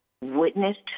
witnessed